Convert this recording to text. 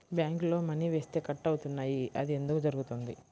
బ్యాంక్లో మని వేస్తే కట్ అవుతున్నాయి అది ఎందుకు జరుగుతోంది?